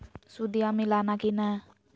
सुदिया मिलाना की नय?